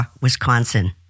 Wisconsin